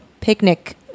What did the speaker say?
picnic